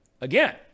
again